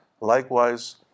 Likewise